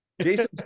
Jason